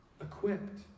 equipped